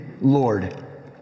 Lord